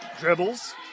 dribbles